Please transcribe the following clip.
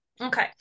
okay